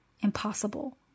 impossible